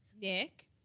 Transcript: Nick